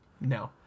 No